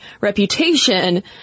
reputation